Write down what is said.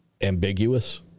ambiguous